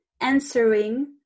answering